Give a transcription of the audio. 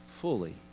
fully